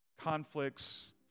conflicts